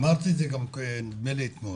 אמרתי את זה נדמה לי אתמול.